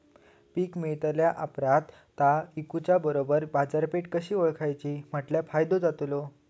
पीक मिळाल्या ऑप्रात ता इकुच्या बरोबर बाजारपेठ कशी ओळखाची म्हटल्या फायदो जातलो?